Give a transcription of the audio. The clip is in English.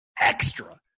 extra